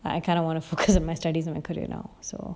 I I kind of want to focus on my studies and my career now so